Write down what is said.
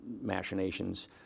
machinations